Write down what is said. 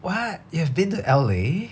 what you have been to L_A